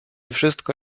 wszystko